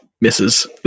misses